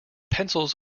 pencils